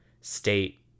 state